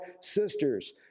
sisters